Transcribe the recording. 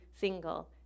single